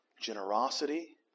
generosity